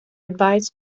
advised